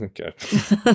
Okay